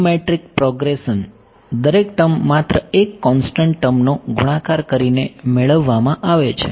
geometric progression દરેક term માત્ર એક કોન્સ્ટંટ ટર્મનો ગુણાકાર કરીને મેળવવામાં આવે છે